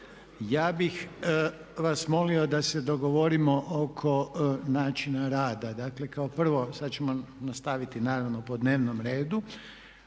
ja bih vas molio da se dogovorimo oko načina rada. Dakle kao prvo sad ćemo nastaviti naravno po dnevnom redu,